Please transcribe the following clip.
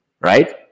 right